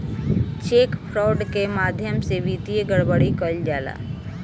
check fraud के माध्यम से वित्तीय गड़बड़ी कईल जाला